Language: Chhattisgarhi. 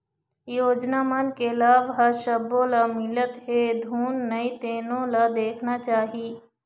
योजना मन के लाभ ह सब्बो ल मिलत हे धुन नइ तेनो ल देखना चाही